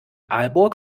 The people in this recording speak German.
aalborg